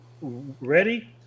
ready